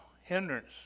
hindrance